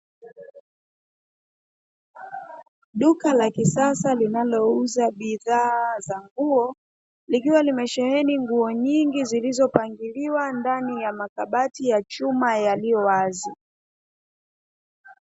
Duka la kisasa linalouza bidhaa za nguo, likiwa limesheheni nguo nyingi zilizopangiliwa ndani ya makabati ya chuma yaliyowazi.